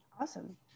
Awesome